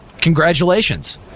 Congratulations